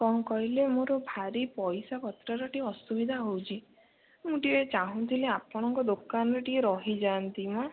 କ'ଣ କହିଲେ ମୋର ଭାରି ପଇସାପତ୍ରର ଟିକିଏ ଅସୁବିଧା ହେଉଛି ମୁଁ ଟିକିଏ ଚାହୁଁଥିଲି ଆପଣଙ୍କ ଦୋକାନରେ ଟିକିଏ ରହିଯାଆନ୍ତି ମ